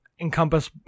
encompass